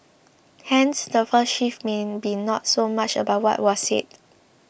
hence the first shift mean may be not so much about what was said